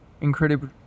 incredible